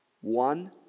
One